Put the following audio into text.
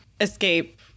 escape